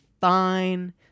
fine